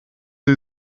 sie